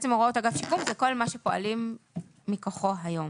הוראות אגף שיקום זה כל מה שפועלים מכוחו היום.